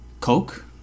coke